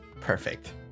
Perfect